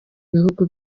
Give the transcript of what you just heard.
bihugu